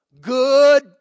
good